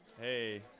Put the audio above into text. Hey